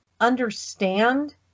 understand